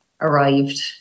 arrived